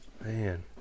Man